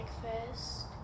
breakfast